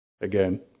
Again